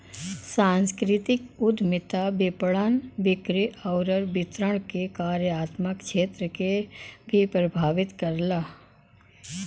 सांस्कृतिक उद्यमिता विपणन, बिक्री आउर वितरण के कार्यात्मक क्षेत्र के भी प्रभावित करला